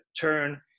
turn